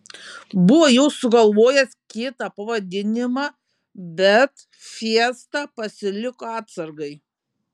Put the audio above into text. buvo jau sugalvojęs kitą pavadinimą bet fiestą pasiliko atsargai